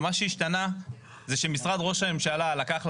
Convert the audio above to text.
ומה שהשתנה זה שמשרד ראש הממשלה לקח על